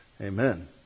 Amen